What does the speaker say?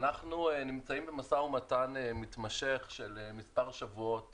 אנחנו נמצאים במשא ומתן מתמשך של מספר שבועות